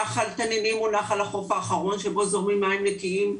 נחל תנינים הוא נחל החוף האחרון שבו זורמים מים נקיים.